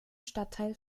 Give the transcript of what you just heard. stadtteil